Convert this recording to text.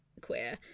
queer